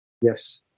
yes